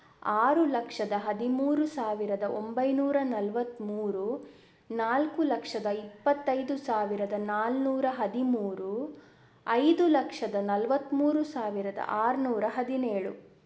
ಆರು ಲಕ್ಷದ ಹದಿಮೂರು ಸಾವಿರದ ಒಂಬೈನೂರ ನಲವತ್ತ್ಮೂರು ನಾಲ್ಕು ಲಕ್ಷದ ಇಪ್ಪತ್ತೈದು ಸಾವಿರದ ನಾನ್ನೂರ ಹದಿಮೂರು ಐದು ಲಕ್ಷದ ನಲವತ್ತ್ಮೂರು ಸಾವಿರದ ಆರು ನೂರ ಹದಿನೇಳು